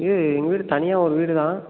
இது எங்கள் வீடு தனியாக ஒரு வீடுதான்